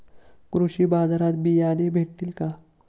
कृषी बाजारात बियाणे भेटतील का?